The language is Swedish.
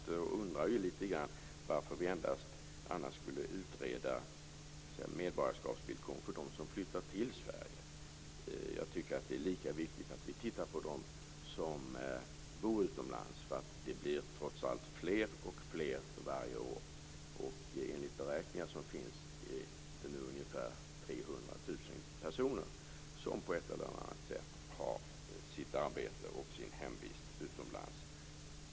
Man undrar litet varför vi endast skulle utreda medborgarskapsvillkor för dem som flyttar till Sverige. Jag tycker att det är lika viktigt att vi tar med dem som bor utomlands, för de blir trots allt fler och fler för varje år. Enligt beräkningar finns det nu ungefär 300 000 personer som på eller annat sätt har sitt arbete och sin hemvist utomlands.